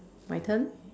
my turn